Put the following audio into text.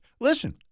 Listen